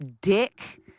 dick